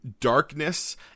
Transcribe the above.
darkness